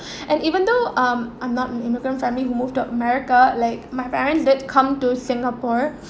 and even though um I'm not an immigrant family who move to america like my parents did come to singapore